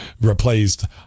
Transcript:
replaced